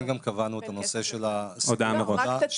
גם קבענו את הנושא של סידור עבודה,